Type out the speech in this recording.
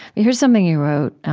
here's something you wrote